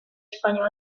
spagnolo